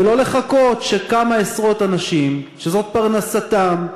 ולא לחכות שכמה עשרות אנשים, שזאת פרנסתם,